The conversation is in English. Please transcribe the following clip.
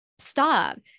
stop